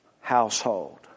household